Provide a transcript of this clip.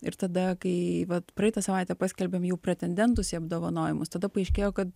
ir tada kai vat praeitą savaitę paskelbėm jų pretendentus į apdovanojimus tada paaiškėjo kad